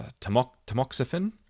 tamoxifen